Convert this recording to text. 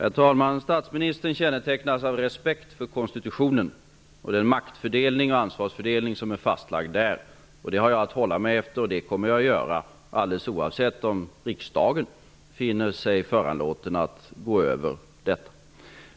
Herr talman! Statsministerämbetet kännetecknas av respekt för konstitutionen och den maktfördelning och ansvarsfördelning som är fastlagd där. Det har jag att hålla mig till och det kommer jag att göra, alldeles oavsett om riksdagen finner sig föranlåten att gå utöver detta.